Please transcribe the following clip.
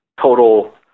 total